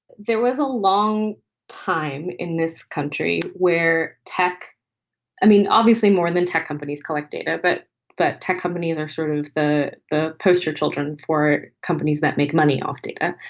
there was a long time in this country where tech i mean, obviously more than tech companies collect data. but but tech companies are sort of the the poster children for companies that make money off data.